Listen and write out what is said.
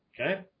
okay